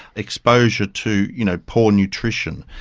exposure to you know poor nutrition,